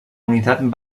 unitat